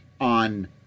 on